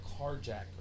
carjacker